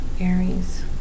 Aries